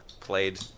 played